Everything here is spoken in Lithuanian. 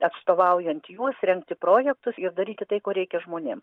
atstovaujant juos rengti projektus ir daryti tai ko reikia žmonėm